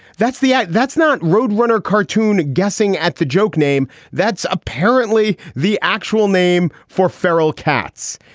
that's the. yeah that's not roadrunner cartoon. guessing at the joke name. that's apparently the actual name for feral cats.